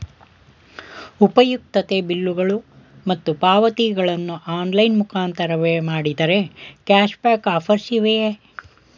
ಉಪಯುಕ್ತತೆ ಬಿಲ್ಲುಗಳು ಮತ್ತು ಪಾವತಿಗಳನ್ನು ಆನ್ಲೈನ್ ಮುಖಾಂತರವೇ ಮಾಡಿದರೆ ಕ್ಯಾಶ್ ಬ್ಯಾಕ್ ಆಫರ್ಸ್ ಇವೆಯೇ?